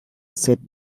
said